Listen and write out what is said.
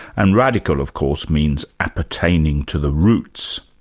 and radical of course, means appertaining to the roots.